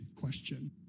question